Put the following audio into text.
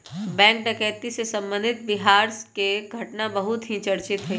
bank डकैती से संबंधित बिहार के घटना बहुत ही चर्चित हई